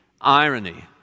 irony